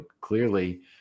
clearly